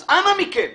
אז אנא מכם.